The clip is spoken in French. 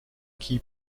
qui